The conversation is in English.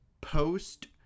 post